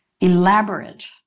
elaborate